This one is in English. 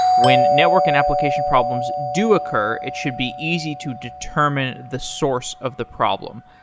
when network and applications problems do occur, it should be easy to determine the source of the problem.